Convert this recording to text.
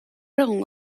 egungo